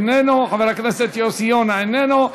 איננו,